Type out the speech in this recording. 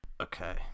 Okay